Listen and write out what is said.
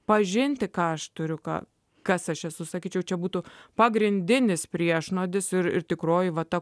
pažinti ką aš turiu ką kas aš esu sakyčiau čia būtų pagrindinis priešnuodis ir tikroji vata